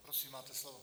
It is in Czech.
Prosím, máte slovo.